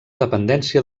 dependència